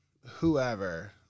whoever